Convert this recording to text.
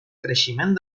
creixement